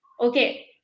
okay